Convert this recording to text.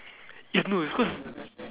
it's no it's cause